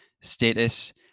status